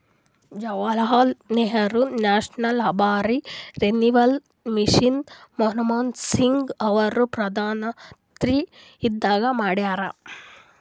Jawaharlal Nehru national urban renewal mission Manmohan Singh ಅವರು ಪ್ರಧಾನ್ಮಂತ್ರಿ ಇದ್ದಾಗ ಮಾಡ್ಯಾರ್